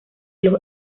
los